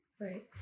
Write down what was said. Right